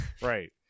Right